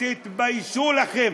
תתביישו לכם.